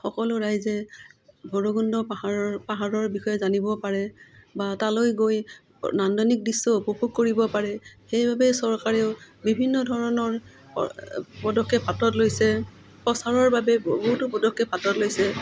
সকলো ৰাইজে ভৈৰৱকুণ্ড পাহাৰৰ পাহাৰৰ বিষয়ে জানিব পাৰে বা তালৈ গৈ নান্দনিক দৃশ্য উপভোগ কৰিব পাৰে সেইবাবেই চৰকাৰেও বিভিন্ন ধৰণৰ পদক্ষেপ হাতত লৈছে প্ৰচাৰৰ বাবে বহুতো পদক্ষেপ হাতত লৈছে